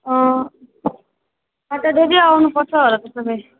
अँ सटर्डे नै आउनुपर्छ होला त्यसोभए